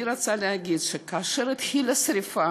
אני רוצה להגיד שכאשר התחילה השרפה